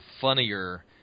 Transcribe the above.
funnier